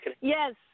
Yes